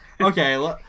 Okay